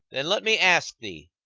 then let me ask thee,